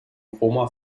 roma